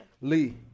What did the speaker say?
Lee